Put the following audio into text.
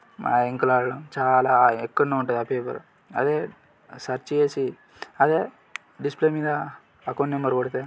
ఆ ఇంకు లాగడం చాలా ఎక్కడనో ఉంటుంది ఆ పేపర్ అదే సర్చ్ చేసి అదే డిస్ప్లే మీద అకౌంట్ నెంబర్ కొడితే